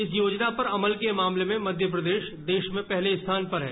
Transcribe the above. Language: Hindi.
इस योजना पर अमल के मामले में मध्यप्रदेश देश में पहले स्थान पर है